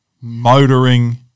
motoring